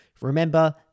Remember